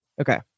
okay